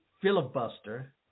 filibuster